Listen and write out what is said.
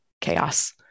chaos